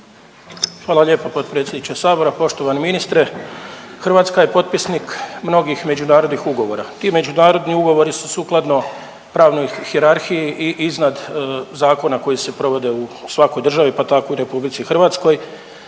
Hvala lijepo potpredsjedniče Sabora. Poštovani ministre. Hrvatska je potpisnik mnogih međunarodnih ugovora. Ti međunarodni ugovori su sukladno pravnoj hijerarhiji i iznad zakona koji se provode u svakoj državi, pa tako i u RH. Mi znamo